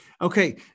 Okay